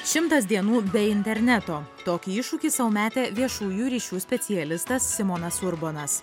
šimtas dienų be interneto tokį iššūkį sau metė viešųjų ryšių specialistas simonas urbonas